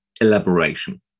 elaboration